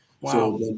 Wow